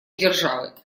державы